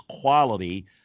quality